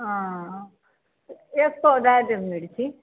हँ एक पाव दए देब मिर्ची